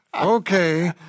Okay